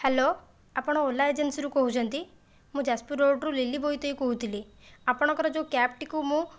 hello ଆପଣ Ola ଏଜେନ୍ସିରୁ କହୁଛନ୍ତି ମୁଁ ଯାଜପୁର ରୋଡ଼ରୁ ଲିଲି ବୋଇତେଇ କହୁଥିଲି ଆପଣଙ୍କର ଯେଉଁ କ୍ୟାବ୍ଟିକୁ ମୁଁ